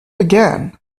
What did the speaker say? again